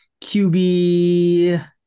QB